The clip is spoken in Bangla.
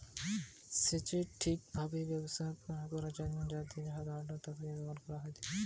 সেচের ঠিক ভাবে ব্যবস্থাপনা করা যাইতে জলের অভাব না হয় আর তা ঠিক ভাবে ব্যবহার করা হতিছে